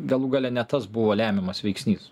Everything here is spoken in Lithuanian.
galų gale ne tas buvo lemiamas veiksnys